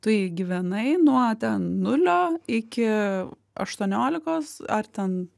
tu jį gyvenai nuo ten nulio iki aštuoniolikos ar ten